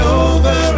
over